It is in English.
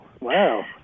wow